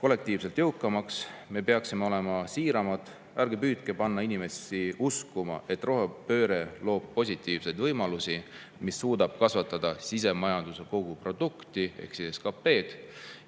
kollektiivselt jõukamaks. Me peaksime olema siiramad. Ärge püüdke panna inimesi uskuma, et rohepööre loob positiivseid võimalusi, mis suudaks kasvatada sisemajanduse koguprodukti (SKP)